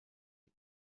tnt